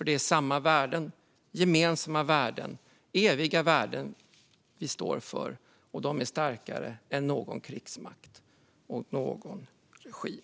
Det är samma värden - gemensamma och eviga värden - vi står för, och de är starkare än någon krigsmakt och någon regim.